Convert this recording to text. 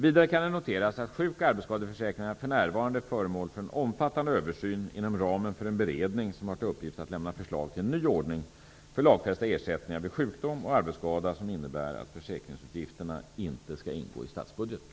Vidare kan det noteras att sjuk och arbetsskadeförsäkringarna för närvarande är föremål för en omfattande översyn inom ramen för en beredning som har till uppgift att lämna förslag till en ny ordning för lagfästa ersättningar vid sjukdom och arbetsskada som innebär att försäkringsutgifterna inte skall ingå i statsbudgeten.